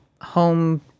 home